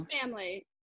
family